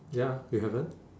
ya you haven't